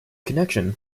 connection